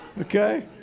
okay